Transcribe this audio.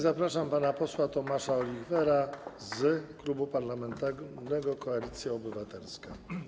Zapraszam pana posła Tomasza Olichwera z Klubu Parlamentarnego Koalicja Obywatelska.